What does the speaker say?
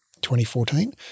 2014